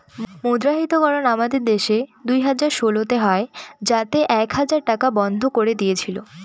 মুদ্রাহিতকরণ আমাদের দেশে দুই হাজার ষোলোতে হয় যাতে এক হাজার টাকা বন্ধ করে দিয়েছিল